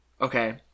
Okay